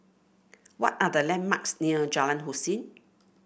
what are the landmarks near Jalan Hussein